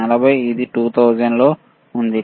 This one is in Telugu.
40 ఇది 2000 లో ఉంది